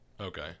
Okay